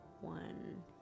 one